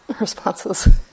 responses